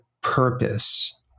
purpose